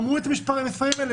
אמרו את המספרים האלה,